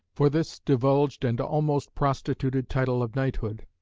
for this divulged and almost prostituted title of knighthood,